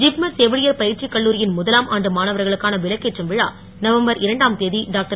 ஜிப்மர் செவிலியர் பயிற்சிக் கல்ல்லூரியின் முதலாம் ஆண்டு மாணவர்களுக்கான விளக்கேற்றும் வழா நவம்பர் தேதி டாக்டர்